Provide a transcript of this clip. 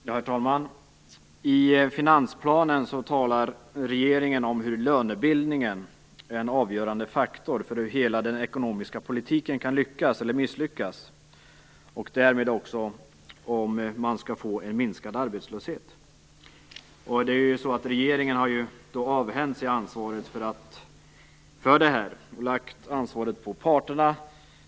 Herr talman! I finansplanen talar regeringen om hur lönebildningen är en avgörande faktor för hur hela den ekonomiska politiken kan lyckas eller misslyckas och därmed också om man skall få en minskad arbetslöshet. Regeringen har avhänt sig ansvaret för det och lagt ansvaret på parterna.